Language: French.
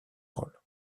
rôle